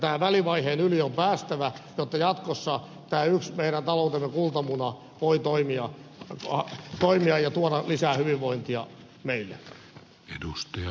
tämän välivaiheen yli on päästävä jotta jatkossa tämä yksi meidän taloutemme kultamuna voi toimia ja tuoda lisää hyvinvointia meille